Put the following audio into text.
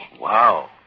Wow